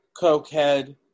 cokehead